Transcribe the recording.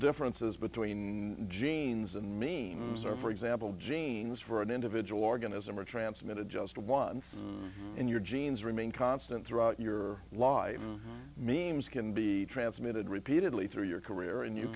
differences between genes and means are for example genes for an individual organism are transmitted just one thumb in your genes remain constant throughout your life memes can be transmitted repeatedly through your career and you